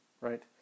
right